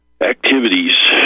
activities